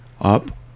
up